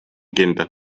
kindel